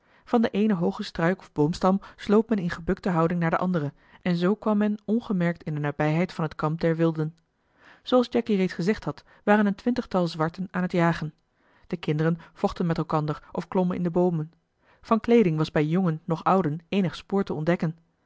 van den eenen hoogen struik of boomstam sloop men in gebukte houding naar den andere en zoo kwam meno ngemerkt in de nabijheid van het kamp der wilden zooals jacky reeds gezegd had waren een twintigtal zwarten aan het jagen de kinderen vochten met elkander of klommen in de boomen van kleeding was bij jongen noch ouden eenig spoor te ontdekken